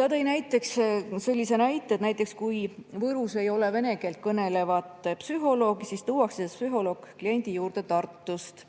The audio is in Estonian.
Ta tõi sellise näite, et kui Võrus ei ole vene keelt kõnelevat psühholoogi, siis tuuakse psühholoog kliendi juurde Tartust.